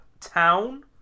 town